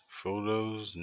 photos